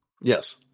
Yes